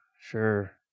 sure